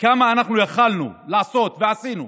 כמה אנחנו יכולנו לעשות, ועשינו,